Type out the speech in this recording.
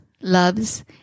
loves